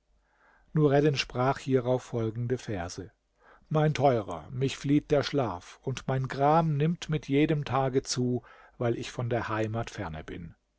nureddin sprach hierauf folgende verse mein teurer mich flieht der schlaf und mein gram nimmt mit jedem tage zu weil ich von der heimat ferne bin